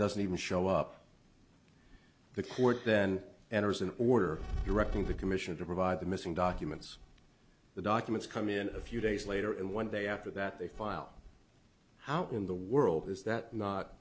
doesn't even show up the court then enters an order directing the commission to provide the missing documents the documents come in a few days later and one day after that they file how in the world is that not